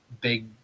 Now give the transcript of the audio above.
big